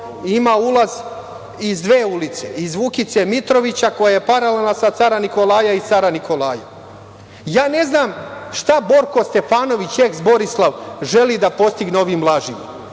ima ulaz iz dve ulice, iz Vukice Mitrovića koja je paralelna sa Cara Nikolaja i iz Cara Nikolaja. Ne znam šta Borko Stefanović, eks Borislav želi da postigne ovim lažima.